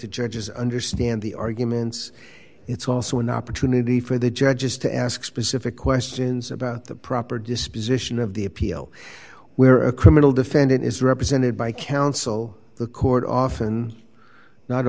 the judges understand the arguments it's also an opportunity for the judges to ask specific questions about the proper disposition of the appeal where a criminal defendant is represented by counsel the court often not